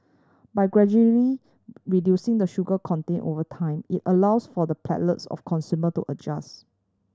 by gradually reducing the sugar content over time it allows for the palates of consumer to adjust